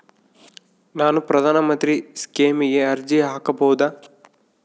ನಾನು ಪ್ರಧಾನ ಮಂತ್ರಿ ಸ್ಕೇಮಿಗೆ ಅರ್ಜಿ ಹಾಕಬಹುದಾ?